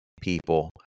people